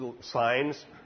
signs